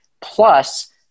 plus